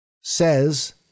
says